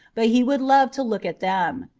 but he would love to look at them.